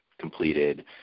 completed